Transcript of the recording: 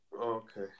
okay